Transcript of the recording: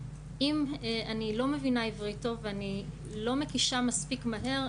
אם אני לא מבינה עברית טוב ואני לא מקישה מספיק מהר,